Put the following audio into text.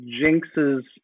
Jinx's